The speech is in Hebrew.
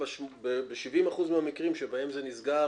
ב-70% מהמקרים שבהם זה נסגר